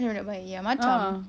budak baik ya macam